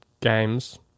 games